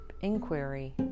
inquiry